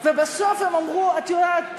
ובסוף הם אמרו: את יודעת,